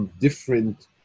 different